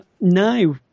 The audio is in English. now